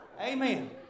Amen